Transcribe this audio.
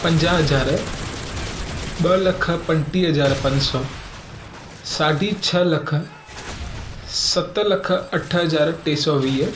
पंजाहु हज़ार ॿ लख पंजटीह हज़ार पंज सौ साढी छह लख सत लख अठ हज़ार टे सौ वीह